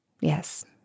Yes